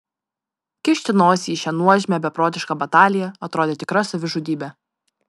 kišti nosį į šią nuožmią beprotišką bataliją atrodė tikra savižudybė